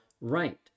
right